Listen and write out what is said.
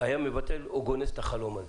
היה מבטל או גונז את החלום הזה.